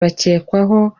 bakekwaho